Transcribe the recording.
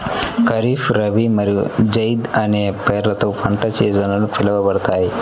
ఖరీఫ్, రబీ మరియు జైద్ అనే పేర్లతో పంట సీజన్లు పిలవబడతాయి